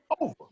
over